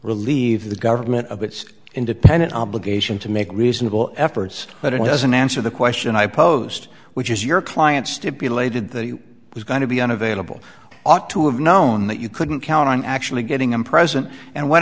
relieve the government of its independent obligation to make reasonable efforts but it doesn't answer the question i posed which is your client stipulated that he was going to be unavailable ought to have known that you couldn't count on actually getting him present and went